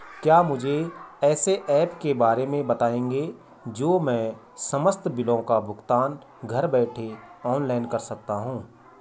क्या मुझे ऐसे ऐप के बारे में बताएँगे जो मैं समस्त बिलों का भुगतान घर बैठे ऑनलाइन कर सकूँ?